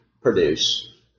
produce